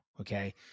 okay